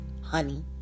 honey